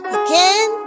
again